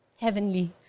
heavenly